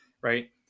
right